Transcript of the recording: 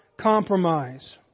compromise